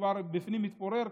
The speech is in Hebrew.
שבפנים הוא כבר מתפורר,